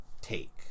take